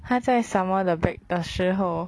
他在 some more the break 的时候